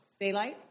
Daylight